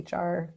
HR